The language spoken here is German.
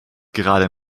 gerade